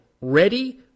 ready